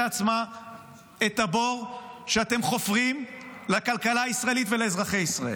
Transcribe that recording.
את הבור שאתם חופרים לכלכלה הישראלית ולאזרחי ישראל.